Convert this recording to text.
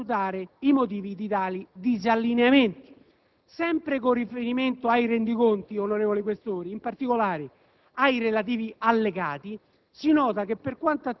Un'analisi dettagliata, invece, avrebbe consentito di valutare i motivi di tali disallineamenti. Sempre con riferimento ai rendiconti, onorevoli Questori, in particolare